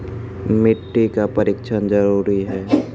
मिट्टी का परिक्षण जरुरी है?